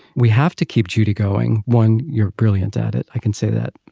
we have to keep judy going. one. you're brilliant at it. i can say that.